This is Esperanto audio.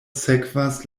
sekvas